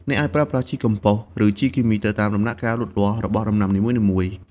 អ្នកអាចប្រើប្រាស់ជីកំប៉ុស្ត ឬជីគីមី ទៅតាមដំណាក់កាលលូតលាស់របស់ដំណាំនីមួយៗ។